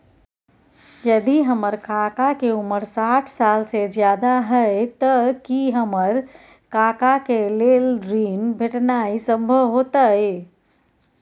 यदि हमर काका के उमर साठ साल से ज्यादा हय त की हमर काका के लेल ऋण भेटनाय संभव होतय?